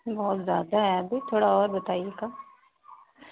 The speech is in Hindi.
बहुत ज़्यादा है अभी थोड़ा और बताइये कम